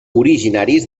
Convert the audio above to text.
originaris